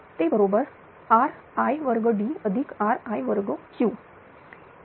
ते बरोबर ri2d ri2q हे